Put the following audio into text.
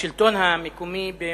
השלטון המקומי במשבר.